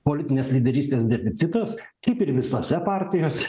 politinės lyderystės deficitas kaip ir visose partijose